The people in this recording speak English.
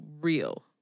real